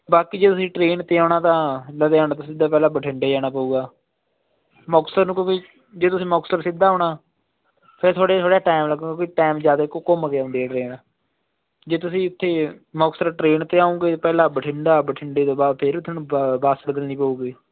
ਬਾਕੀ ਜੇ ਤੁਸੀਂ ਟ੍ਰੇਨ 'ਤੇ ਆਉਣਾ ਤਾਂ ਲੁਧਿਆਣੇ ਤੋਂ ਸਿੱਧਾ ਪਹਿਲਾਂ ਬਠਿੰਡੇ ਜਾਣਾ ਪਊਗਾ ਮੁਕਤਸਰ ਨੂੰ ਕਿਉਂਕਿ ਜੇ ਤੁਸੀਂ ਮੁਕਤਸਰ ਸਿੱਧਾ ਆਉਣਾ ਫਿਰ ਤੁਹਾਡੇ ਥੋੜ੍ਹਾ ਜਿਹਾ ਟਾਈਮ ਲੱਗੂਗਾ ਕਿਉਂਕਿ ਟਾਈਮ ਜ਼ਿਆਦਾ ਕੁ ਘੁੰਮ ਕੇ ਆਉਂਦੀ ਹੈ ਟਰੇਨ ਜੇ ਤੁਸੀਂ ਉਥੇ ਮੁਕਤਸਰ ਟ੍ਰੇਨ 'ਤੇ ਆਉਂਗੇ ਪਹਿਲਾਂ ਬਠਿੰਡਾ ਬਠਿੰਡੇ ਤੋਂ ਬਾਅਦ ਫਿਰ ਤੁਹਾਨੂੰ ਬਾ ਬਸ ਬਦਲਣੀ ਪਊਗੀ